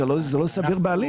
זה לא סביר בעליל.